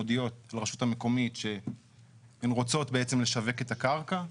מודיעות לרשות המקומית שהן רוצות בעצם לשווק את הקרקע,